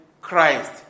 Christ